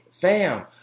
fam